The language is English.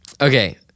Okay